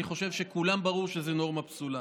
אני חושב שלכולם ברור שזו נורמה פסולה.